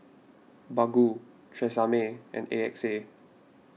Baggu Tresemme and A X A